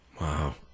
Wow